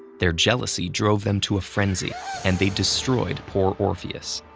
their jealousy drove them to a frenzy and they destroyed poor orpheus.